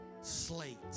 slate